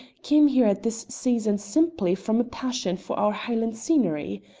came here at this season simply from a passion for our highland scenery.